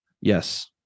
Yes